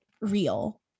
real